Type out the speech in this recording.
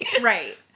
right